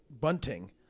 bunting